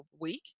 week